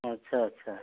अच्छा अच्छा